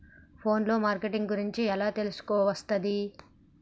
Phone లో marketing గురించి ఎలా తెలుసుకోవస్తది?